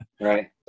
Right